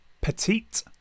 Petite